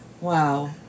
wow